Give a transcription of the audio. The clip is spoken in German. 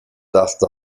dachte